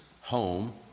home